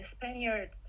spaniard